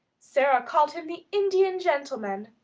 sara called him the indian gentleman.